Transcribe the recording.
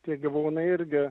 tie gyvūnai irgi